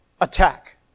attack